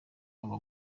aba